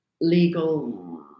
legal